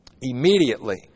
Immediately